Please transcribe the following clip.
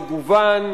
מגוון,